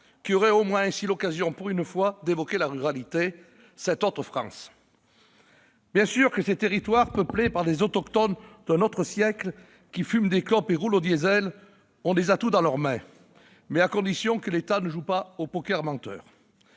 qui aurait ainsi l'occasion, pour une fois, d'évoquer cette autre France ! Bien entendu, ces territoires, peuplés par des autochtones d'un autre siècle, qui « fument des clopes et roulent au diesel », ont des atouts dans leurs mains ; à condition, toutefois, que l'État ne joue pas au poker menteur.